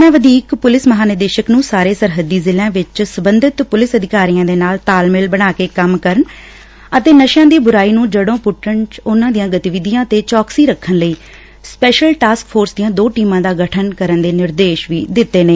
ਉਨ੍ਹਾਂ ਵਧੀਕ ਪੁਲਿਸ ਮਹਾਂਨਿਰਦੇਸ਼ਕ ਨੂੰ ਸਾਰੇ ਸਰਹੱਦੀ ਜ਼ਿਲ੍ਹਿਆਂ ਵਿਚ ਸਬੰਧਤ ਪੁਲਿਸ ਅਧਿਕਾਰੀਆਂ ਨਾਲ ਤਾਲਮੇਲ ਬਣਾਕੇ ਕੰਮ ਕਰਨ ਅਤੇ ਨਸ਼ਿੱਆਂ ਦ ਬੁਰਾਈ ਨੂੰ ਜੜੈਂ ਪੁੱਟਣ ਚ ਉਨੂਾਂ ਦੀਆਂ ਗਤੀਵਿਧੀਆਂ ਤੇ ਚੌਕਸੀ ਰੱਖਣ ਲਈ ਦੋ ਸਪਸ਼ੈਲ ਟਾਸਕ ਫੋਰਸ ਟੀਮਾਂ ਦਾ ਗਠਨ ਕਰਨ ਦੇ ਨਿਰਦੇਸ਼ ਦਿੱਤੇ ਨੇ